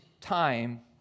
time